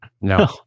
No